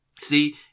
See